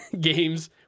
games